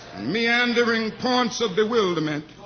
meandering points of bewilderment.